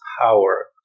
power